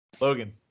logan